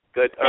Good